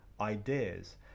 ideas